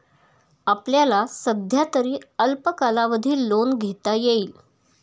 आपल्याला सध्यातरी अल्प कालावधी लोन घेता येईल